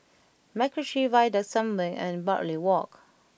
MacRitchie Viaduct Sembawang and Bartley Walk